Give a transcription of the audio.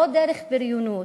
לא דרך בריונות,